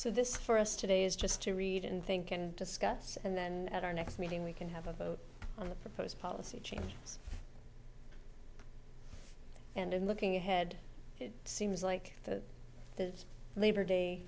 so this for us today is just to read and think and discuss and then at our next meeting we can have a vote on the proposed policy change and in looking ahead it seems like that is labor day